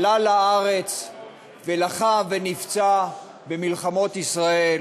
עלה לארץ ולחם ונפצע במלחמות ישראל,